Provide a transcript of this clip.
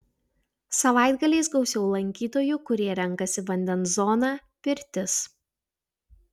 savaitgaliais gausiau lankytojų kurie renkasi vandens zoną pirtis